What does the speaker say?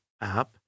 app